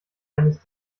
eines